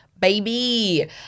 baby